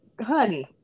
honey